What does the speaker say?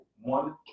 One